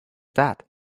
that